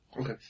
Okay